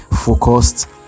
focused